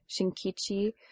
Shinkichi